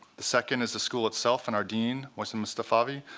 the second is the school itself and our dean, mohsen mostafavi,